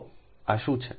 તો આ શું છે